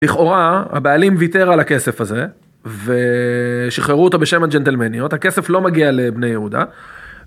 לכאורה הבעלים ויתר על הכסף הזה, ושחררו אותה בשם הג'נטלמניות. הכסף לא מגיע לבני יהודה.